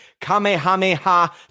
Kamehameha